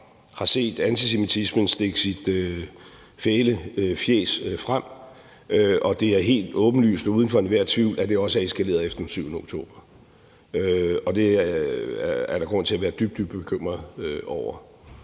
har set antisemitismen stikke sit fæle fjæs frem, og det er helt åbenlyst uden for enhver tvivl, at det også er eskaleret efter den 7. oktober. Og det er der grund til at være dybt, dybt bekymret over.